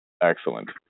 Excellent